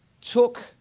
took